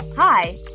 Hi